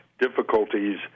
difficulties